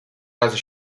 razy